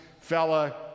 fella